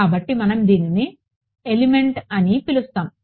కాబట్టి మనం దీనిని ఎలిమెంట్ అని పిలుస్తాము